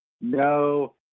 no